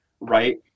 right